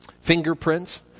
fingerprints